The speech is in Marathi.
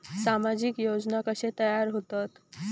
सामाजिक योजना कसे तयार होतत?